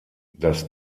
das